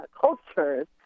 cultures